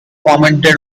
commented